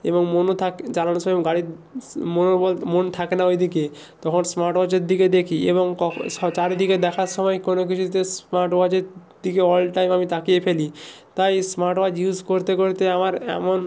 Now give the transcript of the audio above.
এবং মনও থাকে চালানোর সময় গাড়ি স্ মনোবল মন থাকে না ওই দিকে তখন স্মার্ট ওয়াচের দিকে দেখি এবং কখ্ স চারিদিকে দেখার সময় কোনো কিছুতে স্মার্ট ওয়াচের দিকে অল টাইম আমি তাকিয়ে ফেলি তাই স্মার্ট ওয়াচ ইউস করতে করতে আমার এমন